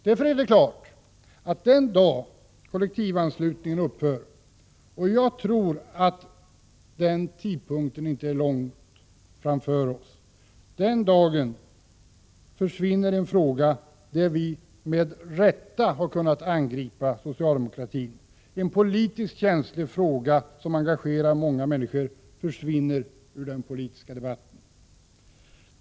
Därför är det klart att den dag kollektivanslutningen upphör — och jag tror att den tidpunkten inte är så långt framför oss — försvinner en fråga där vi med rätta har kunnat angripa socialdemokratin. En politiskt känslig fråga som engagerar många människor försvinner ur den politiska debatten.